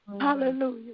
Hallelujah